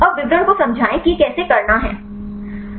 अब विवरण को समझाएँ कि यह कैसे करना है